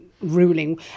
ruling